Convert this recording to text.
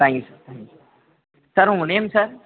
thank you sir thank you sir sir உங்கள் name sir